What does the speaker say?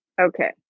Okay